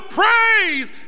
praise